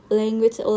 language